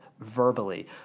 verbally